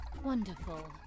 Wonderful